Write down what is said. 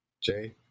Jay